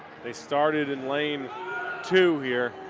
they started in lane two here.